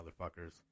motherfuckers